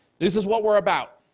this is what we're about.